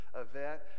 event